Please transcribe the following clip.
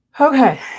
Okay